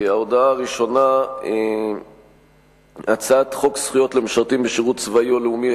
ההודעה הראשונה: הצעת חוק זכויות למשרתים בשירות צבאי או לאומי,